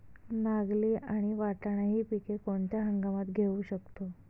नागली आणि वाटाणा हि पिके कोणत्या हंगामात घेऊ शकतो?